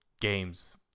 games